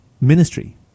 ministry